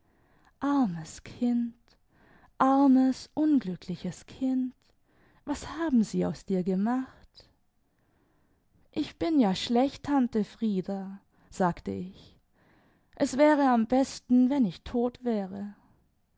armes kindl armes unglückliches kindl was haben sie aus dir gemacht ich bin ja schlecht tante frieda sagte ich es wäre am besten wenn ich tot wäre